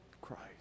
Christ